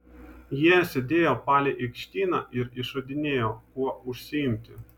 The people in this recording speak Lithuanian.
jie sėdėjo palei aikštyną ir išradinėjo kuo užsiimti